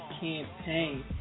campaign